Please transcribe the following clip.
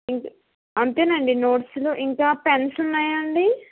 ఇం అంతేనండి నోట్స్లు ఇంకా పెన్స్ ఉన్నాయా అండి